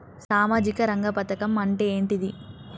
సామాజిక రంగ పథకం అంటే ఏంటిది?